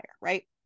right